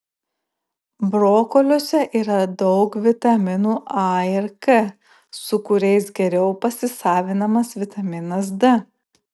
brokoliuose yra daug vitaminų a ir k su kuriais geriau pasisavinamas vitaminas d